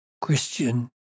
Christian